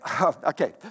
okay